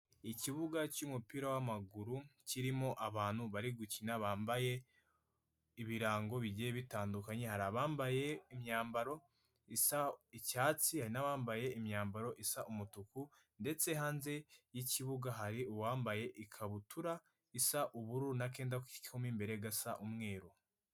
Ikibuga cy'umupira w'amaguru kirimo abantu bari gukina, bambaye ibirango bigiye bitandukanye, hari abambaye imyambaro isa icyatsi, hari n'abambaye imyambaro isa umutuku; ndetse hanze y'ikibuga hari uwambaye ikabutura isa ubururu n' akenda ko mo imbere gasa umweru.